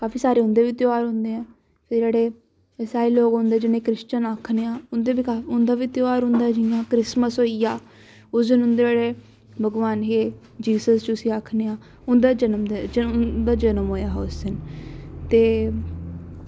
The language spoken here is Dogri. फिर काफी सारे उंदे बी ध्यार होंदे आं फिर काफी सारे जि'यां जिनेंगी अस क्रिशिच्यन आक्खने आं इंदे बी ध्यार जि'यां क्रिसमस होई गेआ उंदे भगवान हे जीसस जिनेंगी आक्खने आं उंदा जनम होआ हा उस दिन ते